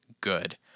good